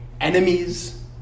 enemies